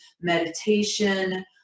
meditation